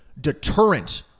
deterrent